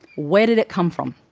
where did it come from?